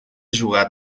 jugar